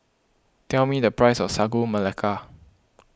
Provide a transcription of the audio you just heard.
tell me the price of Sagu Melaka